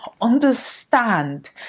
understand